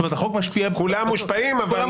זאת אומרת, החוק משפיע וכולם מושפעים.